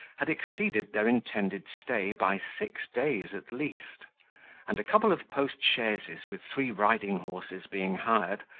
had exceeded their intended stay by six days at least and a couple of post-chaises, with three riding-horses, being hired,